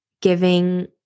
giving